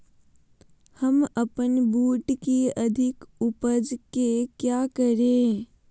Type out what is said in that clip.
हम अपन बूट की अधिक उपज के क्या करे?